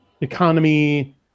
economy